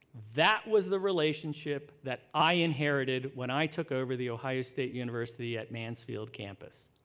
that was the relationship that i inherited when i took over the ohio state university at mansfield campus.